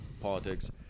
politics